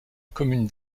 commune